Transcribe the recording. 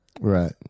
Right